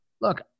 Look